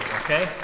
okay